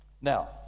Now